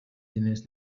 diners